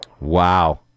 wow